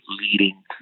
leading